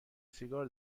سیگار